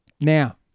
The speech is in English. Now